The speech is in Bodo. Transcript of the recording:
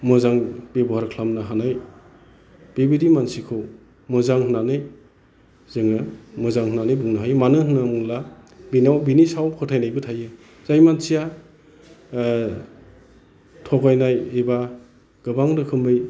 मोजां बेबहार खालामनो हानाय बेबायदि मानसिखौ मोजां होननानै जोङो मोजां होननानै बुंनो हायो मानो होननानै बुङोब्ला बेनाव बिनि सायाव फोथायनायबो थायो जाय मानसिया थगायनाय एबा गोबां रोखोमै